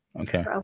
Okay